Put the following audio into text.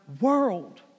world